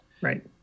Right